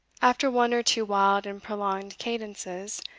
after one or two wild and prolonged cadences,